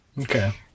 Okay